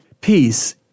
Peace